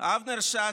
אבנר שאקי,